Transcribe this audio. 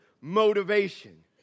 motivation